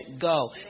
go